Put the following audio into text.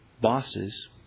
bosses